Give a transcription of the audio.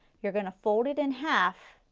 you are going to fold it in half,